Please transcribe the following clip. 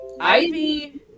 Ivy